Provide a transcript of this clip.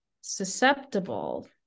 susceptible